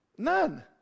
None